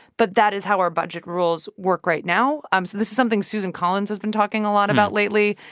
but that is how our budget rules work right now. um so this is something susan collins has been talking a lot about lately,